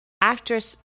actress